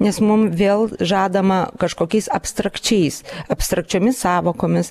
nes mum vėl žadama kažkokiais abstrakčiais abstrakčiomis sąvokomis